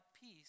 peace